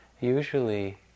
usually